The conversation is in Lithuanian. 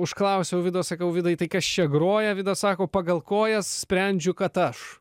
užklausiau vido sakau vidai tai kas čia groja vida sako pagal kojas sprendžiu kad aš